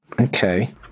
Okay